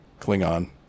Klingon